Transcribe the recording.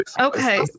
Okay